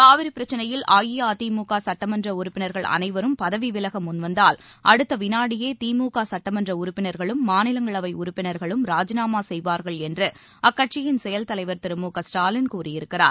காவிரி பிரச்னையில் அஇஅதிமுக சட்டமன்ற உறுப்பினர்கள் அனைவரும் பதவி விலக முன்வந்தால் அடுத்த வினாடியே திமுக சட்டமன்ற உறுப்பினர்களும் மாநிலங்களவை உறுப்பினர்களும் ராஜினாமா செய்வார்கள் என்று அக்கட்சியின் செயல் தலைவர் திரு மு க ஸ்டாலின் கூறியிருக்கிறார்